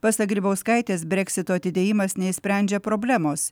pasak grybauskaitės breksito atidėjimas neišsprendžia problemos